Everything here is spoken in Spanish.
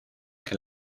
que